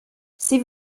sie